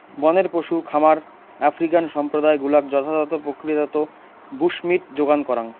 বনের পশু খামার আফ্রিকান সম্প্রদায় গুলাক যথাযথ প্রক্রিয়াজাত বুশমীট যোগান করাং